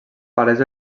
palès